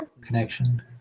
connection